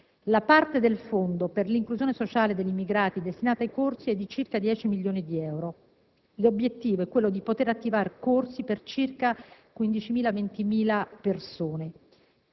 La parte del Fondo per l'inclusione sociale degli immigrati destinata ai corsi è di 10 milioni di euro. L'obiettivo è quello di poter attivare corsi per circa 20.000-25.000 studenti.